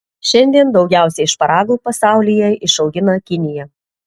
šiandien daugiausiai šparagų pasaulyje išaugina kinija